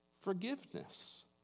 Forgiveness